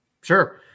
Sure